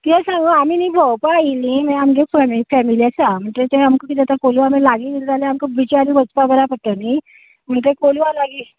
कित्याक सांगू आमी न्ही भोंवपाक आयिल्लीं म्हळ्यार आमगे फेम् फेमिली आसा म्हणजें तें आमगे कितें जाता कोलवा बिच लागीं बी जाल्यार आमकां बिचार वचपाक बऱ्याक पडटलें न्ही म्हण तें कोलवा लागीं